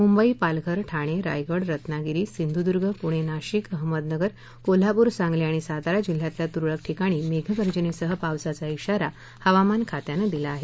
मुंबई पालघर ठाणे रायगड रत्नागिरी सिंधुद्ग पुणे नाशिक अहमदनगर कोल्हापूर सांगली आणि सातारा जिल्ह्यातल्या तुरळक ठिकाणी मेघगर्जनेसह पावसाचा शिवारा हवामान खात्यानं दिला आहे